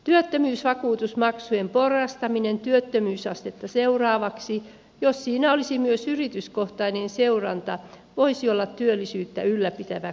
työttömyysvakuutusmaksujen porrastaminen työttömyysastetta seuraavaksi jos siinä olisi myös yrityskohtainen seuranta voisi olla työllisyyttä ylläpitävä kannustin